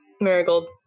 Marigold